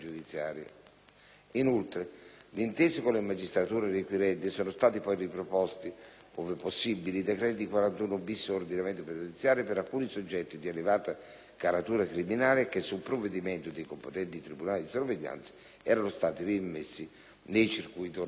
Inoltre, d'intesa con le magistrature requirenti, sono stati poi riproposti, ove possibile, i decreti di 41-*bis* dell'ordinamento penitenziario per alcuni soggetti di elevata caratura criminale che, su provvedimento dei competenti tribunali di sorveglianza, erano stati reimmessi nei circuiti ordinari.